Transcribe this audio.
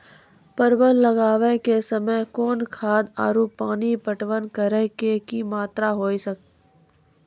परवल लगाबै के समय कौन खाद आरु पानी पटवन करै के कि मात्रा होय केचाही?